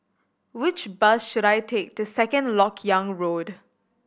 which bus should I take to Second Lok Yang Road